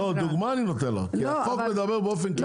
דוגמה אני נותן לך, כי החוק מדבר באופן כללי.